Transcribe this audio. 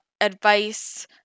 advice